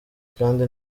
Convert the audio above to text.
kandi